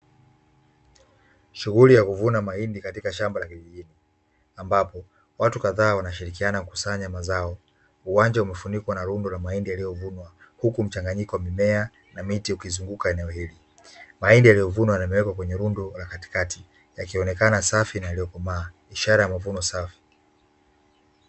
Shughuli ya kuvuna mahindi katika shamba kijijini, ambapo watu kadhaa wanashirikiana kukusanya mazao uwanja umefunikwa na rundo la mahindi yaliyovunwa, huku mchanganyiko wa mimea na miti ukizunguka eneo hili mahindi yaliyovunwa yamewekwa kwenye rundo la katikati akionekana safi na iliyokomaa ishara ya mavuno sawa.